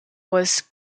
was